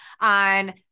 on